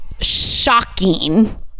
shocking